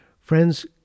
Friends